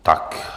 Tak.